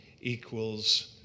equals